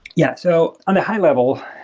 yeah. so on a high level,